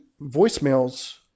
voicemails